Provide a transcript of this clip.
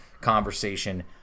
conversation